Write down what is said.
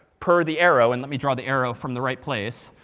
per the arrow and let me draw the arrow from the right place.